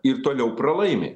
ir toliau pralaimi